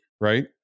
right